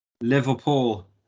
Liverpool